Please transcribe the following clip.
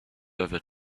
over